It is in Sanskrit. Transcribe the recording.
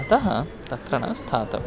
अतः तत्र न स्थातव्यं